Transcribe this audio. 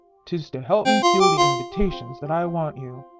tis to help me seal the invitations that i want you.